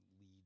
lead